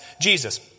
Jesus